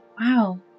Wow